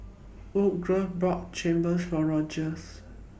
Woodrow bought Chigenabe For Rogers